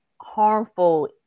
harmful